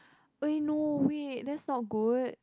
eh no wait that's not good